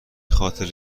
خاطر